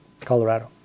Colorado